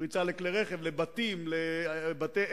פריצה לכלי רכב, לבתים, לבתי-עסק,